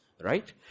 right